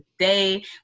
today